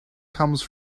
comes